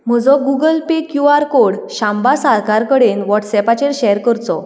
म्हजो Google Pay Q R code शांबा साळकार कडेन व्हॉट्सॲपाचेर शॅर करचो